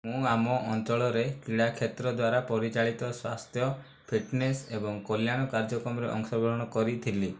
ମୁଁ ଆମ ଅଞ୍ଚଳରେ କ୍ରୀଡ଼ା କ୍ଷେତ୍ର ଦ୍ବାରା ପରିଚାଳିତ ସ୍ବାସ୍ଥ୍ୟ ଫିଟନେସ ଏବଂ କଲ୍ୟାଣ କାର୍ଯ୍ୟକ୍ରମରେ ଅଂଶଗ୍ରହଣ କରିଥିଲି